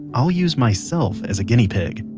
i'll use myself as a guinea pig